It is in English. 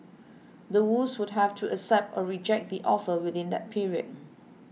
the Woos would have to accept or reject the offer within that period